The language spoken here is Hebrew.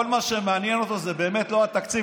כל מה שמעניין אותו זה באמת לא התקציב,